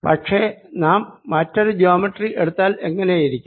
പക്ഷെ നാം മറ്റൊരു ജോമെട്രി എടുത്താൽ എങ്ങിനെയിരിക്കും